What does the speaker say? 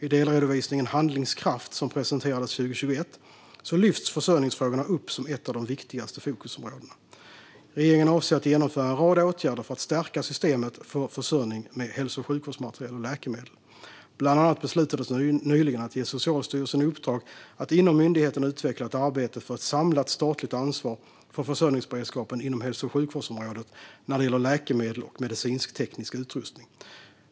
I delredovisningen Handlingskraft , som presenterades 2021, lyfts försörjningsfrågorna upp som ett av de viktigaste fokusområdena. Regeringen avser att genomföra en rad åtgärder för att stärka systemet för försörjning med hälso och sjukvårdsmaterial och läkemedel. Bland annat beslutades nyligen att ge Socialstyrelsen i uppdrag att inom myndigheten utveckla ett arbete för ett samlat statligt ansvar för försörjningsberedskapen inom hälso och sjukvårdsområdet när det gäller läkemedel och medicinteknisk utrustning.